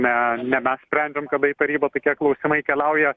na ne mes sprendėm kada į tarybą tokie klausimai keliauja